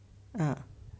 ah